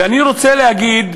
ואני רוצה להגיד,